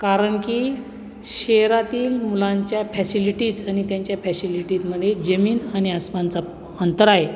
कारण की शहरातील मुलांच्या फॅसिलिटीज आणि त्यांच्या फॅसिलिटीजमध्ये जमीन आणि आसमानाचा अंतर आहे